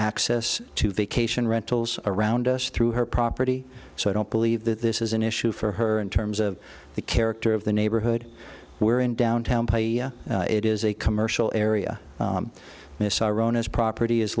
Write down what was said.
access to vacation rentals around us through her property so i don't believe that this is an issue for her in terms of the character of the neighborhood we're in downtown peja it is a commercial area miss our own as property is